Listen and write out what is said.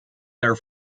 their